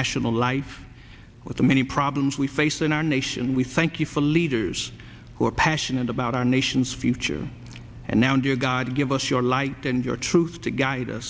national life with the many problems we face in our nation we thank you for leaders who are passionate about our nation's future and now dear god give us your light and your truth to guide us